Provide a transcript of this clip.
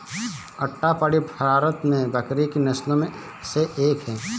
अट्टापडी भारत में बकरी की नस्लों में से एक है